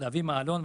להביא מעלון,